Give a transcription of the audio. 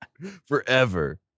Forever